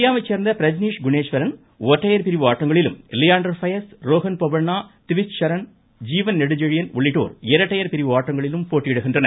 இந்தியாவைச் சேர்ந்த பிரஜ்னீஷ் குணேஸ்வரன் ஒற்றையர் பிரிவு ஆட்டங்களிலும் லியாண்டர் பயஸ் ரோஹன் போபண்ணா திவிச் சரண் ஜீவன் நெடுஞ்செழியன் உள்ளிட்டோர் இரட்டையர் பிரிவு ஆட்டங்களிலும் போட்டியிடுகின்றனர்